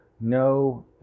no